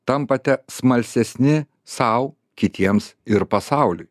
tampate smalsesni sau kitiems ir pasauliui